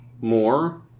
more